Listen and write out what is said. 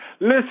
Listen